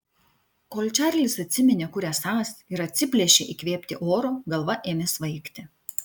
kol čarlis atsiminė kur esąs ir atsiplėšė įkvėpti oro galva ėmė svaigti